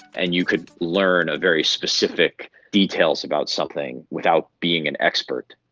and you could learn very specific details about something without being an expert.